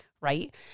Right